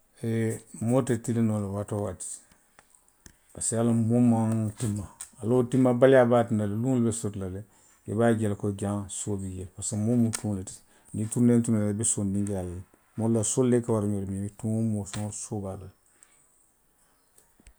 Eee moo te tiliŋ noo la waati woo waati. Parisiko, i ye a loŋ moo maŋ tinma. A la wo tinmabaliyaa be a tinna la, i be a je la le ko jaŋ soo bi jee parisiko moo mu kuwo le ti. parisiko niŋŋi turinee turineeta i be soo je la le. Moolu la soolu le ka wara ňow ti. Moo woo moo fansuŋ soo be a la le